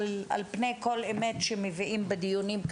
לפתיחת שנת הלימודים,